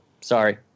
Sorry